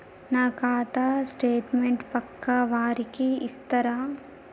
నా ఖాతా స్టేట్మెంట్ పక్కా వారికి ఇస్తరా?